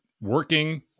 working